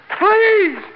Please